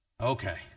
okay